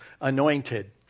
anointed